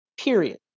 Period